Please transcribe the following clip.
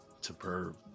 Superb